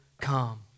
come